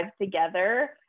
together